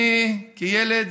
כשהייתי ילד